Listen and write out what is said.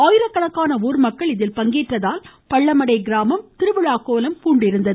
ஆயிரக்கணக்கான ஊர் மக்கள் இதில் பங்கேற்றதால் பள்ளமடை கிராமம் திருவிழாக்கோலம் பூண்டுள்ளது